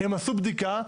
הם עשו בדיקה,